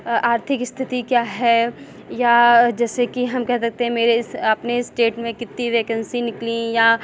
आर्थिक स्थिति क्या है या जैसे कि हम कह सकते हैं मेरे इस अपने स्टेट में कितनी वैकेंसी निकली या